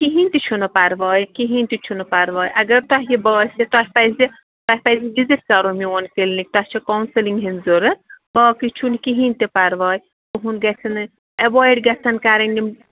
کِہیٖنۍ تہِ چھُنہٕ پَرواے کِہیٖنۍ تہِ چھُنہٕ پَرواے اگر تۄہہِ یہِ باسہِ تۄہہِ پَزِ تۄہہِ پزِ وِزِٹ کَرو میون کِلنِک تۄہہ چھِ کَونسلِنٛگ ہِنٛز ضوٚرَتھ باقٕے چھُنہٕ کِہیٖنۍ تہِ پَرواے تُہُنٛد گژھِ نہٕ اٮ۪وایڈ گژھن کَرٕنۍ یِم